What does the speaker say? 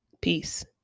peace